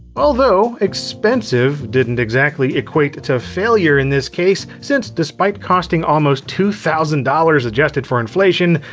although expensive didn't exactly equate to failure in this case, since despite costing almost two thousand dollars adjusted for inflation,